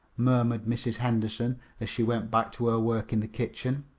murmured mrs. henderson, as she went back to her work in the kitchen.